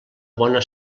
bona